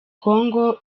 congo